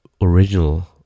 original